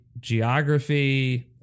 Geography